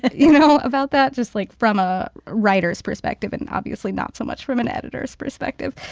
you know, about that, just like from a writer's perspective and obviously not so much from an editor's perspective.